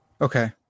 Okay